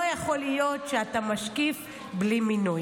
לא יכול להיות שאתה משקיף בלי מינוי.